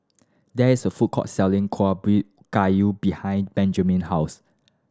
there is a food court selling Kueh Ubi Kayu behind Benjamine house